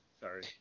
sorry